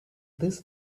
this